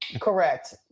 Correct